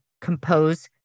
compose